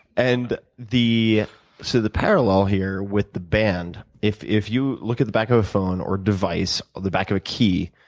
and so, the parallel here with the band, if if you look at the back of a phone, or device, the back of a key,